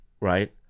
right